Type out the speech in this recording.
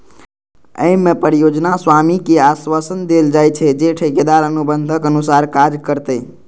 अय मे परियोजना स्वामी कें आश्वासन देल जाइ छै, जे ठेकेदार अनुबंधक अनुसार काज करतै